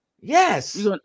Yes